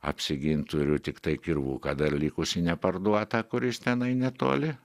apsigint turiu tiktai kirvuką dar likusį neparduotą kuris tenai netoli